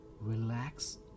Relax